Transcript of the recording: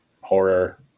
horror